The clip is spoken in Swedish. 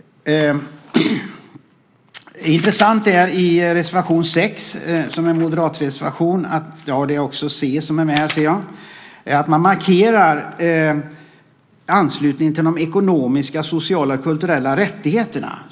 Det är intressant att man i reservation 6 från Moderaterna och Centern markerar anslutningen till de ekonomiska, sociala och kulturella rättigheterna.